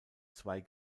zwei